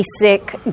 basic